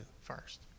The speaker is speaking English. first